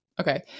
okay